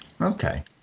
Okay